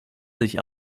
sich